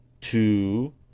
two